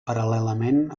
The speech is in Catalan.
paral·lelament